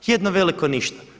Jedno veliko ništa.